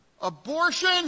Abortion